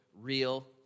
real